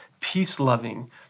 peace-loving